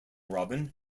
robin